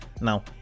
now